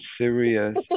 serious